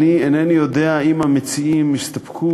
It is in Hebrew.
אני אינני יודע אם המציעים יסתפקו